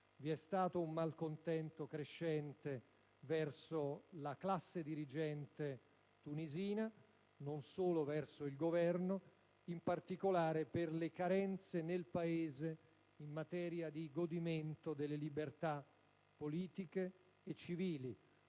vi è stato un malcontento crescente verso la classe dirigente tunisina, non solo verso il Governo, in particolare per le carenze nel Paese in materia di godimento delle libertà politiche e civili.